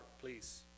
please